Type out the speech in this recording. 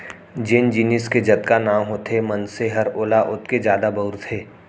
जेन जिनिस के जतका नांव होथे मनसे हर ओला ओतके जादा बउरथे